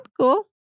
cool